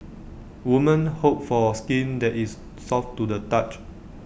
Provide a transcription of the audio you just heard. woman hope for skin that is soft to the touch